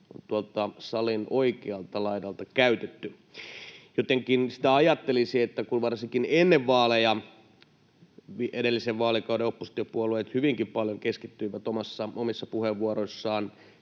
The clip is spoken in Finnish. tuolta salin oikealta laidalta on käytetty. Jotenkin sitä ajattelisi... Kun varsinkin ennen vaaleja edellisen vaalikauden oppositiopuolueet hyvinkin paljon keskittyivät omissa puheenvuoroissaan